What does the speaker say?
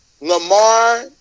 lamar